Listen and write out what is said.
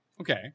okay